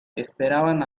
esperaban